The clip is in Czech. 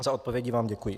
Za odpovědi vám děkuji.